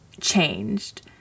changed